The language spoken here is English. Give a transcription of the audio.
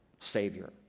Savior